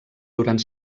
durant